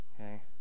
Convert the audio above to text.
Okay